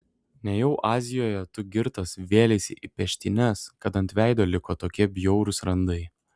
nejau azijoje tu girtas vėleisi į peštynes kad ant veido liko tokie bjaurūs randai